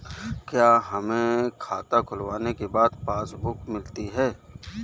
क्या हमें खाता खुलवाने के बाद पासबुक मिलती है?